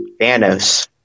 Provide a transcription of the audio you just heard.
Thanos